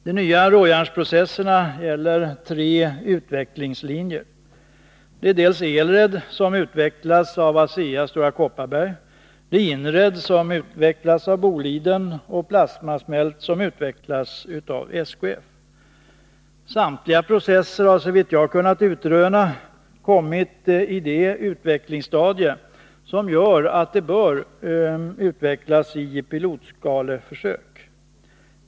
De nya råjärnsprocesserna gäller tre utvecklingslinjer: ELRED som utvecklas av ASEA/Stora Kopparberg, INRED som utvecklas av Boliden och Plasmasmält som utvecklas av SKF. Samtliga processer har, såvitt jag kunnat utröna, kommit i det utvecklingsstadium som gör att de bör utvecklas i pilotskaleförsök.